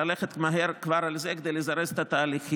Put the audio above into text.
ללכת מהר כבר על זה כדי לזרז את התהליכים.